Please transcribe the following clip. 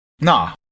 Nah